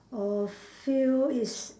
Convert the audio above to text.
or feel is